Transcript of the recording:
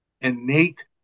innate